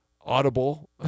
audible